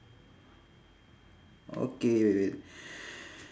okay wait wait